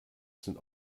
sind